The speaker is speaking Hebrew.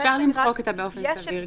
אפשר למחוק את "באופן סביר".